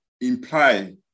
imply